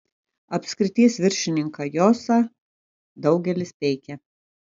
apskrities viršininką josą daugelis peikia